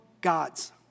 God's